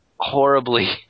Horribly –